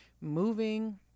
moving